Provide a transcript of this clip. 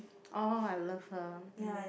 oh I love her mm